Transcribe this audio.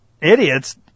idiots